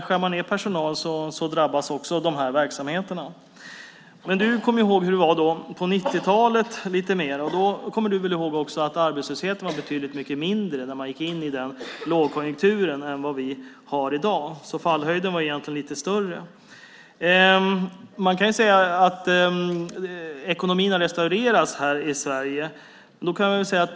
Skär man ned på personalen drabbas också dessa verksamheter. Du, Jörgen Johansson, kommer ihåg hur det var på 90-talet. Då kommer du väl också ihåg att arbetslösheten var betydligt mindre när man gick in i den lågkonjunkturen än vad den är i dag. Fallhöjden var alltså lite större. Man kan säga att ekonomin har restaurerats i Sverige.